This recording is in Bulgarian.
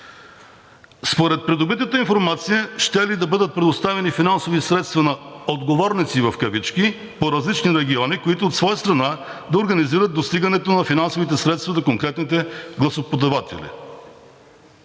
Според придобитата информация щели да бъдат предоставени финансови средства на отговорници в кавички по различни региони, които от своя страна да организират достигането на финансовите средства до конкретните гласоподаватели.